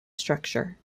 structure